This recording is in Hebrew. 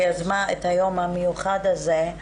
שיזמה את היום המיוחד הזה,